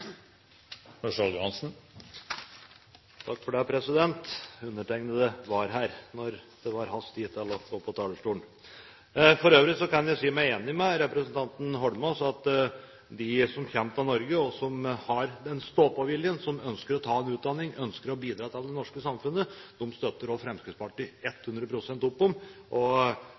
det var hans tur til å stå på talerstolen. Jeg kan si meg enig med representanten Holmås i at de som kommer til Norge, har stå-på-vilje, ønsker å ta en utdanning, ønsker å bidra i det norske samfunnet, dem støtter også Fremskrittspartiet 100 pst. opp om.